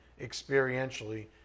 experientially